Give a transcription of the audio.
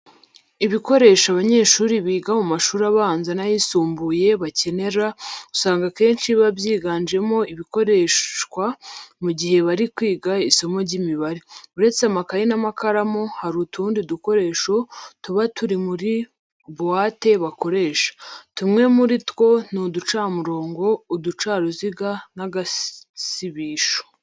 Ibikoresho abanyeshuri biga mu mashuri abanza n'ayisumbuye bakenera usanga akenshi biba byiganjemo ibikoreshwa mu gihe bari kwiga isomo ry'imibare. Uretse amakayi n'amakaramu, hari n'utundi dukoresho tuba turi muri buwate bakoresha. Tumwe muri two ni uducamurongo, uducaruziga n'agasibisho.